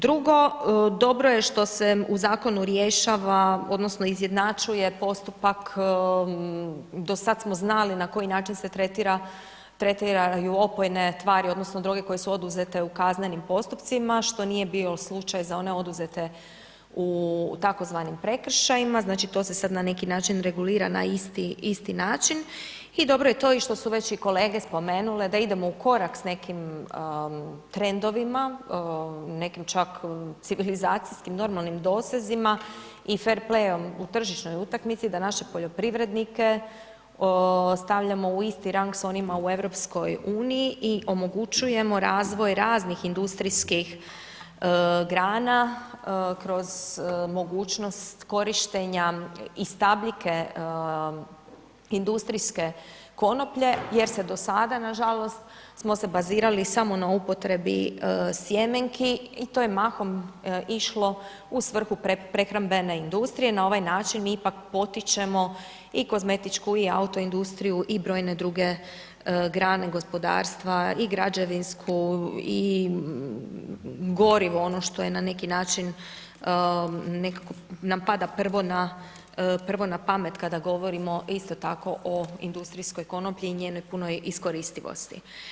Drugo, dobro je što se u zakonu rješava odnosno izjednačuje postupak, do sad smo znali na koji način se tretiraju opojne tvari odnosno droge koje su oduzete u kaznenim postupcima, što nije bio slučaj za one oduzete u tzv. prekršajima, znači, to se sada na neki način regulira na isti način i dobro je i to što su već i kolege spomenule da idemo u korak s nekim trendovima, nekim čak civilizacijskim, normalnim dosezima i fer playem u tržišnoj utakmici da naše poljoprivrednike ostavljamo u isti rang s onima u EU i omogućujemo razvoj raznih industrijskih grana kroz mogućnost korištenja i stabljike industrijske konoplje jer se do sada, nažalost, smo se bazirali samo na upotrebi sjemenki i to je mahom išlo u svrhu prehrambene industrije, na ovaj način ipak potičemo i kozmetičku i auto industriju i brojne druge grane gospodarstva i građevinsku i gorivo ono što je na neki način, nekako nam pada prvo na pamet kada govorimo isto tako o industrijskoj konoplji i njenoj punoj iskoristivosti.